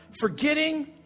Forgetting